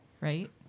right